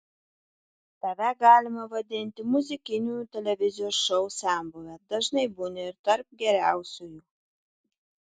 tave galima vadinti muzikinių televizijos šou senbuve dažnai būni ir tarp geriausiųjų